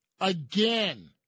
again